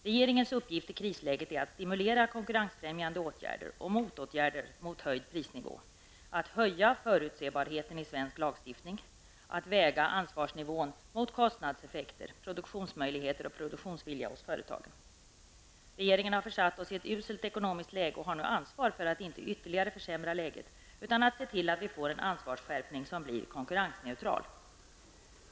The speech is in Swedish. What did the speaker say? Regeringens uppgift i krisläget är att stimulera konkurrensfrämjande åtgärder och motåtgärder mot höjd prisnivå, att höja förutsägbarheten i svensk lagstiftning och att väga ansvarsnivån mot kostnadseffekterna -- kort sagt att skapa produktionsmöjligheter och produktionsvilja hos företagen. Regeringen har försatt oss i ett uselt ekonomiskt läge och har nu ansvar för att inte ytterligare försämra läget utan se till att vi får en ansvarsskärpning som blir konkurrensneutral.